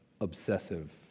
obsessive